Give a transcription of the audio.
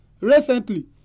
Recently